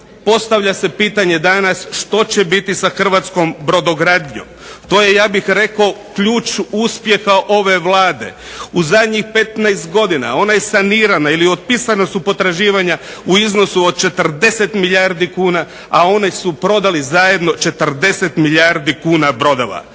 Postavlja se pitanje danas što će biti sa hrvatskom brodogradnjom. To je ja bih rekao ključ uspjeha ove Vlade. U zadnjih 15 godina ona je sanirana ili otpisana su potraživanja u iznosu od 40 milijardi kuna, a one su prodali zajedno 40 milijardi kuna brodova.